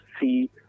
see